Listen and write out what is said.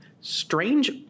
Strange